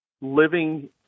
living